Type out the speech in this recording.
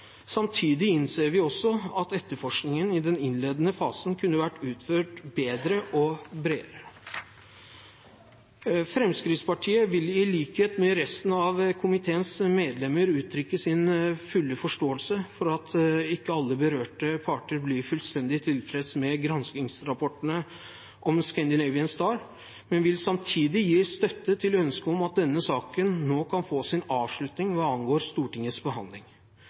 Samtidig innser vi at etterforskningen i den innledende fasen kunne vært utført bedre og bredere. Fremskrittspartiet vil, i likhet med resten av komiteens medlemmer, uttrykke sin fulle forståelse for at ikke alle berørte parter blir fullstendig tilfreds med granskningsrapportene om «Scandinavian Star», men vil samtidig gi støtte til ønsket om at denne saken nå kan få sin avslutning hva angår Stortingets behandling.